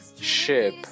ship